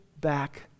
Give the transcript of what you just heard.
back